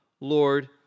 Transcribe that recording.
Lord